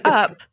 up